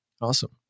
Awesome